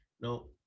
No